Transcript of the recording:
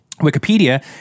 Wikipedia